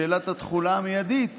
שאלת התחולה המיידית